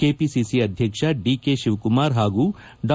KPCC ಅಧ್ಯಕ್ಷ DK Shivakumar ಹಾಗೂ ಡಾ